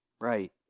Right